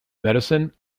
medicine